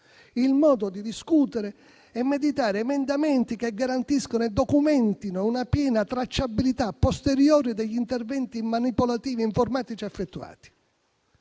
il modo di discutere e meditare emendamenti che garantiscano e documentino una piena tracciabilità *a posteriori* degli interventi manipolativi e informatici effettuati?